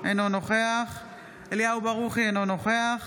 אינו נוכח אליהו ברוכי, אינו נוכח